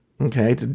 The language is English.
Okay